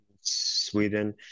Sweden